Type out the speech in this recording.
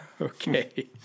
Okay